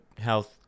health